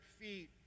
feet